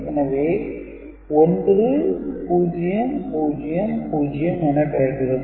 எனவே 1 0 0 0 என கிடைக்கிறது